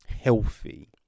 healthy